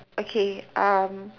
okay um